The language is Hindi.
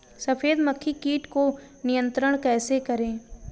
सफेद मक्खी कीट को नियंत्रण कैसे करें?